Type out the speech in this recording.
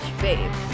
babe